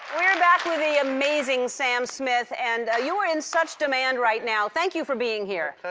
we're back with the amazing sam smith. and you are in such demand right now. thank you for being here.